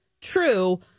true